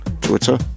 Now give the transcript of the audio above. Twitter